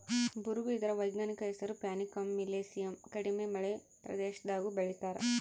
ಬರುಗು ಇದರ ವೈಜ್ಞಾನಿಕ ಹೆಸರು ಪ್ಯಾನಿಕಮ್ ಮಿಲಿಯೇಸಿಯಮ್ ಕಡಿಮೆ ಮಳೆ ಪ್ರದೇಶದಾಗೂ ಬೆಳೀತಾರ